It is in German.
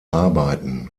arbeiten